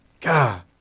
God